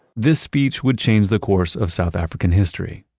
this speech would change the course of south african history.